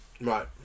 right